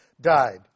died